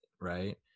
Right